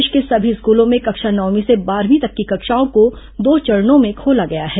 प्रदेश के सभी स्कूलों में कक्षा नवमीं से बारहवीं तक की कक्षाओं को दो चरणों में खोला गया है